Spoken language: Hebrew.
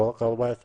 לא רק ה-14,000,